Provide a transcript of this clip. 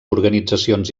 organitzacions